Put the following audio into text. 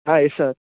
yes sir